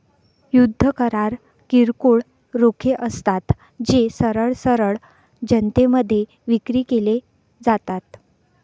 युद्ध करार किरकोळ रोखे असतात, जे सरळ सरळ जनतेमध्ये विक्री केले जातात